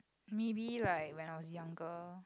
maybe like when I was younger